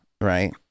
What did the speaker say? right